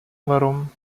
warum